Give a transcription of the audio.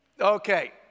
Okay